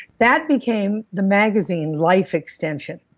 that became the magazine, life extension.